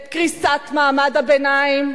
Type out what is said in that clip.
את קריסת מעמד הביניים,